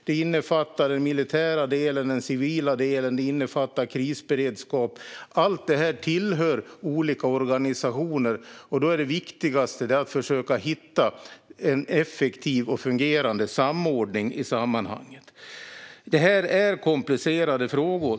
Det innefattar den militära delen och den civila delen. Det innefattar krisberedskap. Allt detta tillhör olika organisationer, och det viktigaste är att försöka hitta en effektiv och fungerande samordning. Det här är komplicerade frågor.